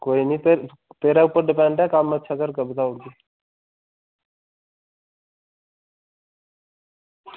ते कोई गल्ल निं तेरे उप्पर डिपैंड ऐ अच्छा करगा ते बधाई ओड़गे